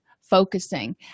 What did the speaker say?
focusing